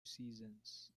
seasons